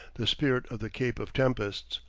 the spirit of the cape of tempests.